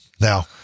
now